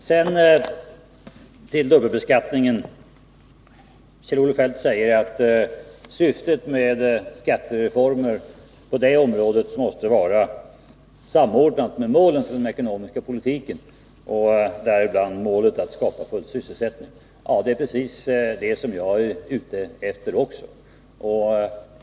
Sedan till dubbelbeskattningen. Kjell-Olof Feldt säger att syftet med skattereformer på det här området måste vara samordnat med målen för den ekonomiska politiken, däribland målet att skapa full sysselsättning. Det är precis det som även jag är ute efter.